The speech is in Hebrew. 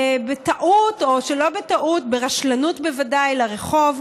בטעות או שלא בטעות, ברשלנות בוודאי, לרחוב,